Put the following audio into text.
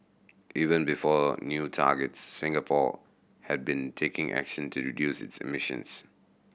even before new targets Singapore had been taking action to reduce its emissions